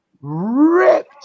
ripped